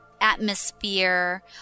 atmosphere